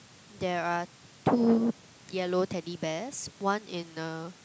there are two yellow teddy bears one in a